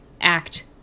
act